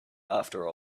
after